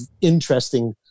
interesting